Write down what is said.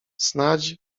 snadź